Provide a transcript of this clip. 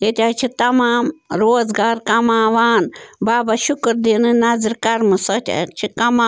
ییٚتہِ حظ چھِ تمام روزگار کماوان بابا شُکُر دیٖنُن نظرِ کرمہٕ سۭتۍ حظ چھِ کماوان